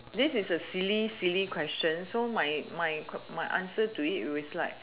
this is a silly silly question so my my my answer to it is like